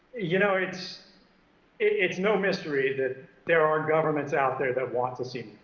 you know it's it's no mystery that there are governments out there that want to see